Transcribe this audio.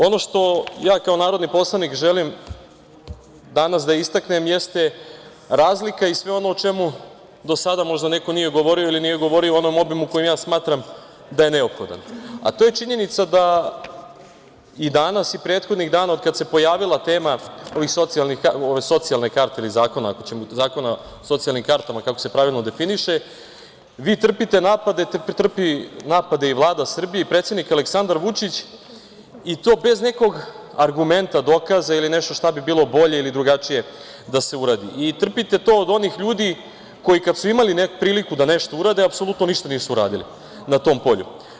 Ono što ja kao narodni poslanik želim danas da istaknem jeste razlika i sve ono o čemu do sada možda neko nije govorio ili nije govorio u onom obimu u kojem ja smatram da je neophodno, a to je činjenica da i danas i prethodnih dana od kada se pojavila tema socijalne karte ili zakona o socijalnim kartama, kako se pravilno definiše, vi trpite napade, trpi napade i Vlada Srbije i predsednik Aleksandar Vučić, i to bez nekog argumenta, dokaza ili nečega šta bi bilo bolje ili drugačije da se uradi i trpite to od onih ljudi koji kada su imali priliku da nešto urade apsolutno ništa nisu uradili na tom polju.